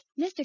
Mr